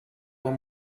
when